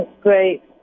great